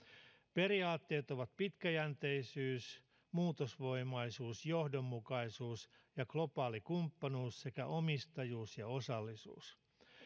periaatteet ovat pitkäjänteisyys muutosvoimaisuus johdonmukaisuus ja globaali kumppanuus sekä omistajuus ja osallisuus